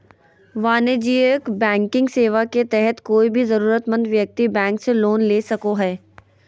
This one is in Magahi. वाणिज्यिक बैंकिंग सेवा के तहत कोय भी जरूरतमंद व्यक्ति बैंक से लोन ले सको हय